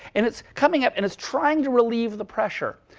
and it's coming up, and it's trying to relieve the pressure.